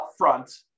upfront